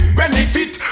benefit